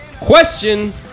Question